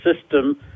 system